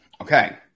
okay